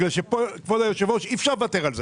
בגלל, כבוד היושב-ראש, שאי-אפשר לוותר על זה.